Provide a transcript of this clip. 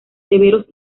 severos